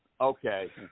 Okay